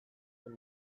izan